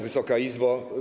Wysoka Izbo!